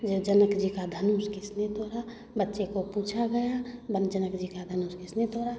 जो जनक जी का धनुष किसने तोड़ा बच्चे को पूछा गया जनक जी का धनुष किसने थोरा